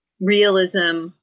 realism